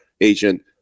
agent